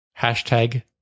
Hashtag